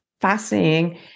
fascinating